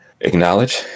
acknowledge